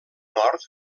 nord